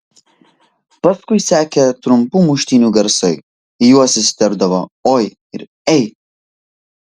paskui sekė trumpų muštynių garsai į juos įsiterpdavo oi ir ei